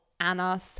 Anna